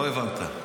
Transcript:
לא הבנת.